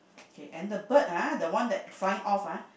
okay and the bird ah the one that flying off ah